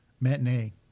matinee